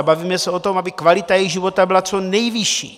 Bavíme se o tom, aby kvalita jejich života byla co nejvyšší.